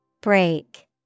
Break